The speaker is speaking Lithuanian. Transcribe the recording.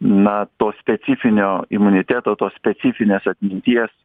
na to specifinio imuniteto tos specifinės atminties